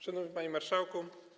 Szanowny Panie Marszałku!